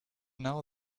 now